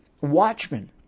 watchmen